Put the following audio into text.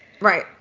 right